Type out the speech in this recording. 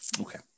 Okay